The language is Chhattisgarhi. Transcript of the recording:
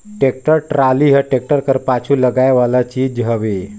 टेक्टर टराली हर टेक्टर कर पाछू कती लगाए वाला चीज हवे